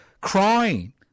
crying